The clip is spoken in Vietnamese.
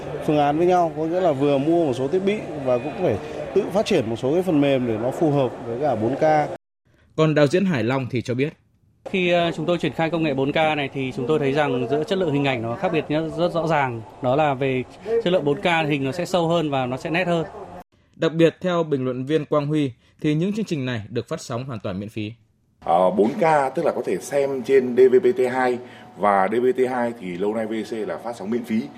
phương án với nhau, có nghĩa là vừa mua một số thiết bị và cũng phải tự phát triển một số cái phần mềm để nó phù hợp với cả 4K. Còn đạo diễn Hải Long thì cho biết. Khi, ờ, chúng tôi triển khai công nghệ 4K này thì chúng tôi thấy rằng giữa chất lượng hình ảnh nó khác biệt nhau rất rõ ràng. Đó là về chất lượng 4K thì hình nó sẽ sâu hơn và nó sẽ nét hơn. Đặc biệt, theo bình luận viên Quang Huy, thì những chương trình này được phát sóng hoàn toàn miễn phí. Ờ, 4K, tức là có thể xem trên DVB-T2 và DVB-T2 thì lâu nay VTC là phát sóng miễn phí.